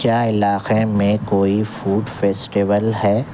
کیا علاقے میں کوئی فوڈ فیسٹول ہے